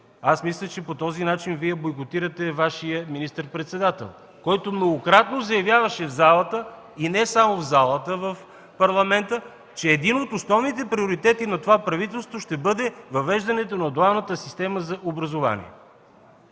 мисля, че по този начин бойкотирате Вашия министър-председател, който многократно заявяваше в залата, и не само там, че един от основните приоритети на това правителство ще бъде въвеждането на дуалната система за образование.